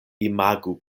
imagu